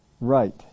right